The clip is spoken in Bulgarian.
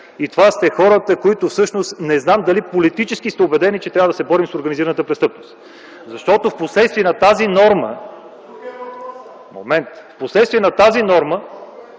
Това сте хората, които всъщност не знам дали политически сте убедени, че трябва да се борим с организираната престъпност. Защото впоследствие на тази норма, може би днес нямаше